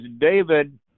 David